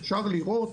אפשר לראות